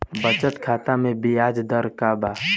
बचत खाता मे ब्याज दर का बा?